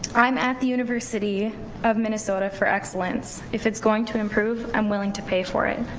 i'm at the university of minnesota for excellence, if it's going to improve i'm willing to pay for it,